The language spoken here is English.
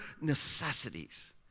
necessities